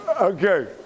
Okay